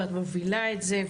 ואת מבינה את זה,